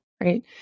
right